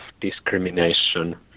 discrimination